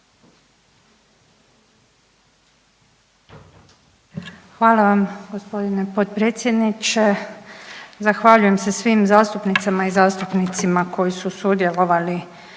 Hvala vam gospodine potpredsjedniče. Zahvaljujem se svim zastupnicama i zastupnicima koji su sudjelovali